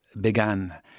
began